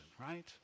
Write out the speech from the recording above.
right